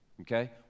Okay